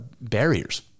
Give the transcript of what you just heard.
barriers